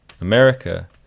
America –